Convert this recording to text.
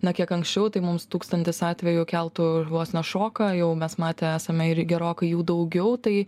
na kiek anksčiau tai mums tūkstantis atvejų keltų vos ne šoką jau mes matę esame ir gerokai jų daugiau tai